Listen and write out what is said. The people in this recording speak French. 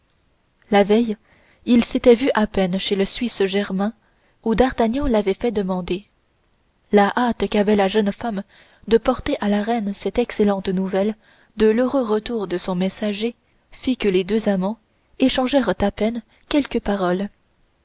la veille ils s'étaient vus à peine chez le suisse germain où d'artagnan l'avait fait demander la hâte qu'avait la jeune femme de porter à la reine cette excellente nouvelle de l'heureux retour de son messager fit que les deux amants échangèrent à peine quelques paroles